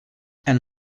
and